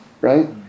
right